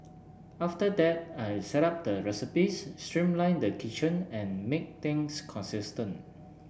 after that I set up the recipes streamlined the kitchen and made things consistent